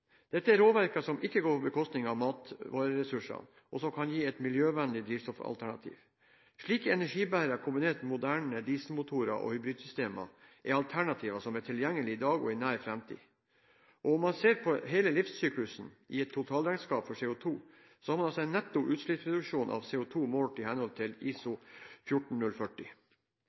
Dette er råvarer som ikke går på bekostning av matvareressurser, og som kan gi et miljøvennlig drivstoffalternativ. Slike energibærere kombinert med moderne dieselmotorer og hybridsystemer er alternativer som er tilgjengelige i dag og i nær framtid. Om man ser på hele livssyklusen i et totalregnskap for CO2, har man også en netto utslippsreduksjon av CO2 målt i henhold til ISO